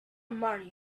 money